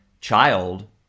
child